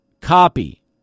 copy